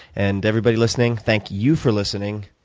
and everybody listening, thank you for listening.